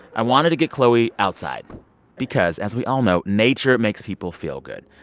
i wanted to get chloe outside because as we all know, nature makes people feel good.